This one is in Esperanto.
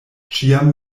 ĉiam